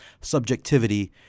subjectivity